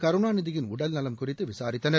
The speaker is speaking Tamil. கருணாநிதியின் உடல்நலம் குறித்து விசாரித்தனர்